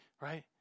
right